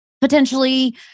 potentially